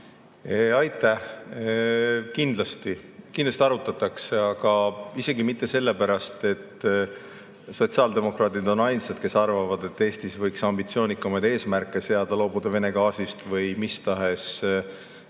Aitäh! Kindlasti arutatakse. Aga isegi mitte sellepärast, et sotsiaaldemokraadid on ainsad, kes arvavad, et Eestis võiks ambitsioonikamaid eesmärke seada, loobuda Vene gaasist või mis tahes